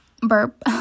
Burp